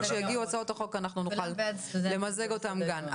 כשיגיעו הצעות החוק נוכל למזג אותן כאן.